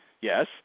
Yes